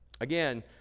again